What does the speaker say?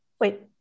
Wait